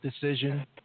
decision